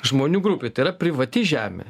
žmonių grupei tai yra privati žemė